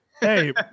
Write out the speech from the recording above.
hey